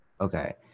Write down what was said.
okay